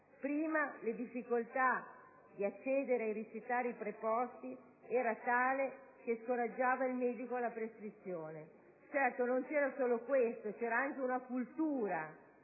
Prima, le difficoltà di accedere ai ricettari preposti era tale che scoraggiava il medico alla prescrizione. Certo non era solo questo il problema, ma anche una cultura